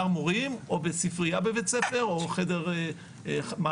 מורים או בספריה בבית-ספר או חדר מעבדה,